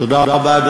תודה רבה.